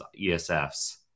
ESFs